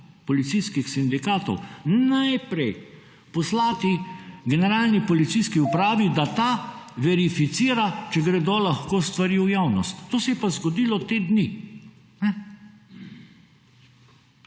policijskih sindikatov najprej poslati generalni policijski upravi, da ta verificira, če gredo lahko stvari v javnost. To se je pa zgodilo te dni.